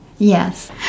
Yes